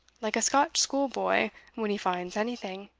like a scotch schoolboy when he finds anything,